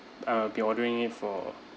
uh be ordering it for